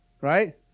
right